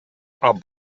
are